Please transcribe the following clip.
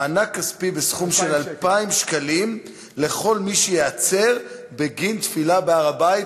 מענק כספי בסך 2,000 שקלים לכל מי שייעצר בגין תפילה בהר-הבית,